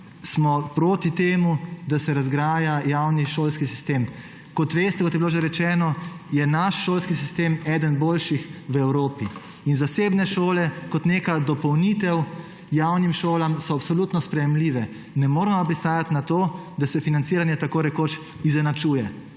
smo proti temu, da se razgrajuje javni šolski sistem. Kot veste, kot je bilo že rečeno, je naš šolski sistem eden boljših v Evropi. Zasebne šole kot neka dopolnitev javnim šolam so absolutno sprejemljive, ne moremo pa pristajati na to, da se financiranje tako rekoč izenačuje,